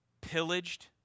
pillaged